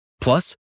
Plus